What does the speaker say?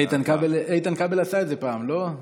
איתן כבל עשה את זה פעם, לא?